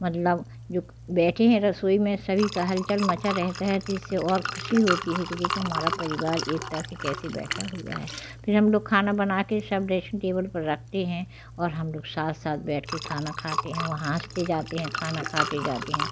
मतलब जो बैठे हैं रसोई में सभी का हलचल मचा रहता है तो इससे और खुशी होती है कि देखो हमारा परिवार एक तरह से कैसे बैठा हुआ है फिर हम लोग खाना बना के सब ड्रेसिंग टेबल पर रखते हैं और हम लोग साथ साथ बैठ के खाना खाते हैं वहाँ आस्ते जाते हैं खाना खाते जाते हैं